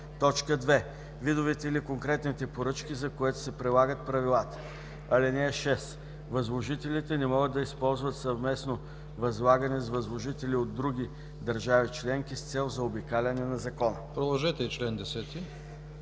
срок; 2. видовете или конкретните поръчки, за които се прилагат правилата. (6) Възложителите не могат да използват съвместно възлагане с възложители от други държави-членки с цел заобикаляне на закона.” Член 10